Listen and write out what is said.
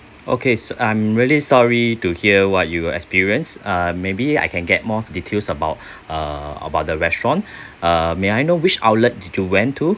okay s~ I'm really sorry to hear what you will experience uh maybe I can get more details about uh about the restaurant uh may I know which outlet did you went to